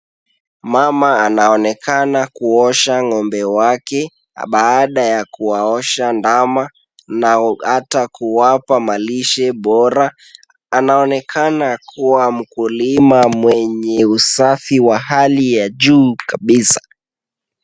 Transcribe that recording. Mama anaonekana kuosha ng'ombe wake, baada ya kuwaosha ndama na hata kuwapa malishe bora. Anaonekana kuwa mkulima mwenye usafi wa hali ya juu kabisa.